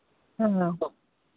हाँ